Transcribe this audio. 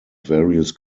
various